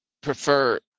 Prefer